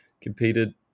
Competed